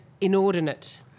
inordinate